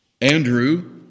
Andrew